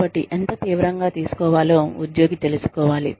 కాబట్టి ఎంత తీవ్రంగా తీసుకోవాలో ఉద్యోగి తెలుసుకోవాలి